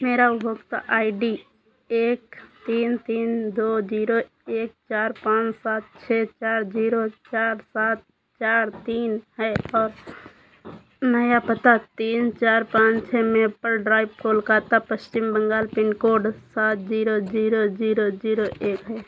मेरा उपभोक्ता I D एक तीन तीन दो ज़ीरो एक चार पाँच सात छह चार ज़ीरो चार सात चार तीन है और नया पता तीन चार पाँच छह maple drive Kolkata Paschim Bangal pincode सात ज़ीरो ज़ीरो ज़ीरो ज़ीरो एक है